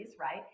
right